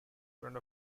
friend